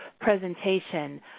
presentation